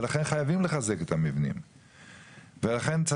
ולכן חייבים לחזק את המבנים.